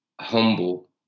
humble